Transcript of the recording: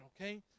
okay